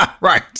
Right